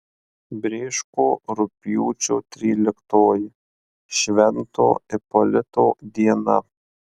brėško rugpjūčio tryliktoji švento ipolito diena